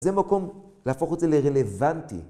זה מקום להפוך את זה לרלוונטי.